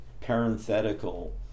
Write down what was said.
parenthetical